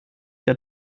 der